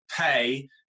Pay